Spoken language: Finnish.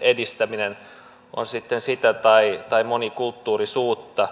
edistäminen on se sitten sitä tai tai monikulttuurisuutta